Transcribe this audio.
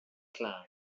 client